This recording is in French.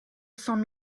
cents